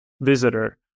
visitor